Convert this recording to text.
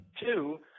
two